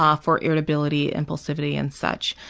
ah for irritability, impulsivity and such.